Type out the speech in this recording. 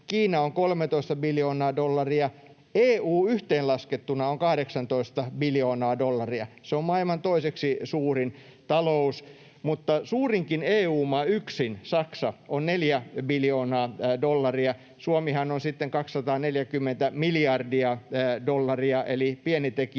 Kiina on 13 biljoonaa dollaria, EU yhteenlaskettuna on 18 biljoonaa dollaria — se on maailman toiseksi suurin talous — mutta suurinkin EU-maa yksin, Saksa, on 4 biljoonaa dollaria. Suomihan on sitten 240 miljardia dollaria eli pieni tekijä